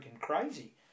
crazy